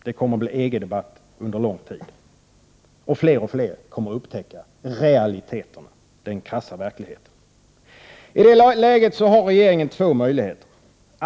Det kommer att bli EG-debatt under lång tid, och fler och fler kommer att upptäcka realiteten, den krassa verkligheten. I det läget har regeringen två möjligheter.